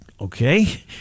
okay